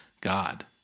God